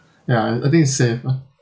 ya I think it's safe ah